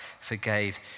forgave